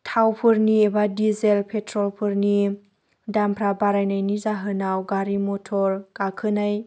थावफोरनि एबा डिजेल पेट्र'लफोरनि दामफोरा बारायनायनि जाहोनाव गारि मथर गाखोनाय